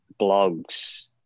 blogs